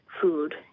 food